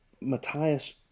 matthias